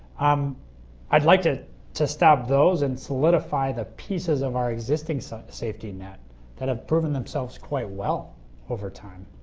um i'd like to to staff those and solidify the pieces of our existing so safety net that have proven themselves quite well over time.